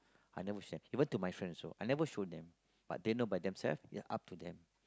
I never share it went to my friend also I never show them but they know by them self it up to them